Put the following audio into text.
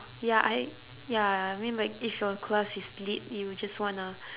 ya I ya I mean like if your class is delayed you would just wanna